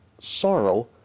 sorrow